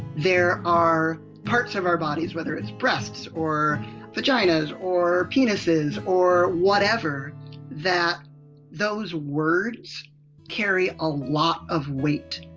there are parts of our bodies whether it's breasts or vaginas or penises or whatever that those words carry a lot of weight.